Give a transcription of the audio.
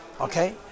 okay